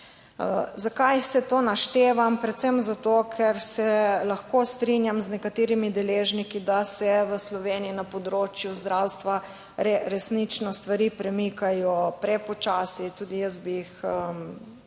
Zakaj vse to naštevam? Predvsem zato, ker se lahko strinjam z nekaterimi deležniki, da se v Sloveniji na področju zdravstva resnično stvari premikajo prepočasi. Tudi jaz bi jih,